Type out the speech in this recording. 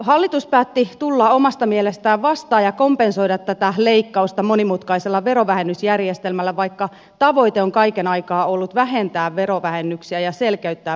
hallitus päätti tulla omasta mielestään vastaan ja kompensoida tätä leikkausta monimutkaisella verovähennysjärjestelmällä vaikka tavoite on kaiken aikaa ollut vähentää verovähennyksiä ja selkeyttää verotusta